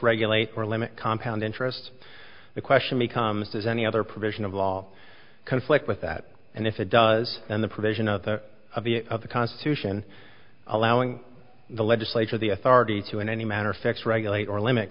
regulate or limit compound interest the question becomes does any other provision of law conflict with that and if it does and the provision of the of the of the constitution allowing the legislature the authority to in any manner affects regulate or limit